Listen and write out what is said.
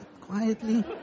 quietly